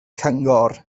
cyngor